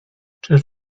czyż